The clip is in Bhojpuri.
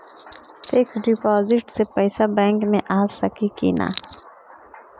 फिक्स डिपाँजिट से पैसा बैक मे आ सकी कि ना?